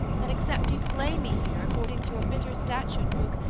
that except you slay me here, according to your bitter statute-book,